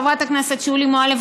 חברת הכנסת שולי מועלם,